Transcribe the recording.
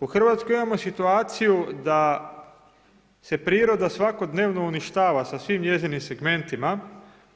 U Hrvatskoj imamo situaciju da se priroda svakodnevno uništava sasvim njezinim segmentima,